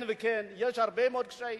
כן וכן, יש הרבה מאוד קשיים,